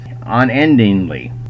unendingly